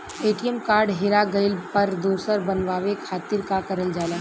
ATM card हेरा गइल पर दोसर बनवावे खातिर का करल जाला?